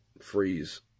freeze